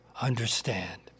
understand